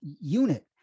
unit